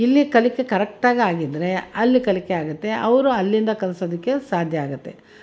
ಇಲ್ಲಿ ಕಲಿಕೆ ಕರೆಕ್ಟಾಗಿ ಆಗಿದ್ದರೆ ಅಲ್ಲಿ ಕಲಿಕೆ ಆಗುತ್ತೆ ಅವ್ರು ಅಲ್ಲಿಂದ ಕಲಿಸೋದಕ್ಕೆ ಸಾಧ್ಯ ಆಗುತ್ತೆ